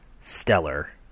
stellar